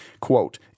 Quote